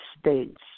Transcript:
states